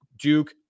Duke